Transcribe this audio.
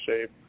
shape